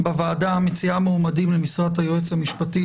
בוועדה המציעה מועמדים למשרת היועץ המשפטי